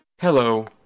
Hello